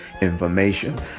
information